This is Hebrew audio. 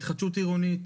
התחדשות עירונית.